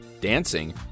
dancing